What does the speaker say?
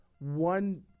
one